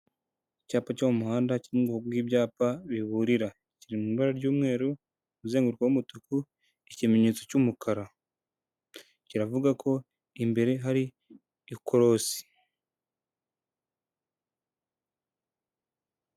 Icyapa cyo mu muhanda cyo mu bwoko bw'ibyapa biburira kiri mu ibara ry'umweru, umuzenguruka w'umutuku, ikimenyetso cy'umukara kiravuga ko imbere hari ikorosi.